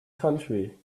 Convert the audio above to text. country